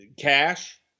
cash